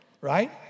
Right